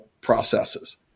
processes